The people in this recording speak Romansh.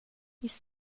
i’s